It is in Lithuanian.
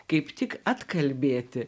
kaip tik atkalbėti